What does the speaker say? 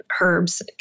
herbs